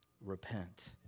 repent